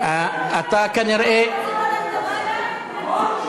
אתה כנראה, נכון.